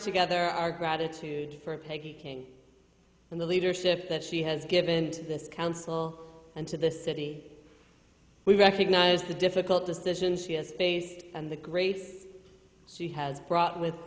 together our gratitude for taking in the leadership that she has given to this council and to this city we recognize the difficult decisions she has faced and the great she has brought with